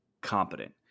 competent